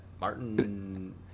Martin